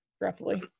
roughly